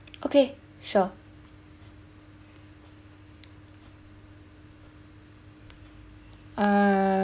okay sure uh